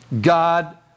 God